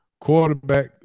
quarterback